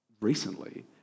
recently